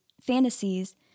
fantasies